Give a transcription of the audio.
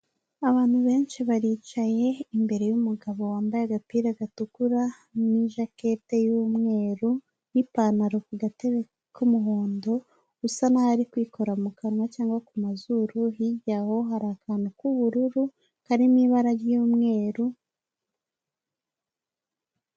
Abantu benshi baricaye imbere y'umugabo wambaye agapira gatukura ni jakete y'umweru n'ipantaro ku gatebe k'umuhondo usa naho ari kwikora mu kanwa cyangwa ku mazuru, hirya aho hari akantu k'ubururu karimo ibara ry'umweru.